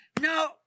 no